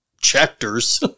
chapters